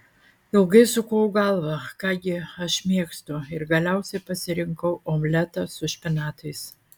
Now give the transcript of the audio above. ilgai sukau galvą ką gi aš mėgstu ir galiausiai pasirinkau omletą su špinatais